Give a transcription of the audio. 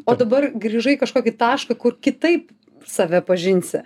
o dabar grįžai į kažkokį tašką kur kitaip save pažinsi